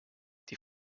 die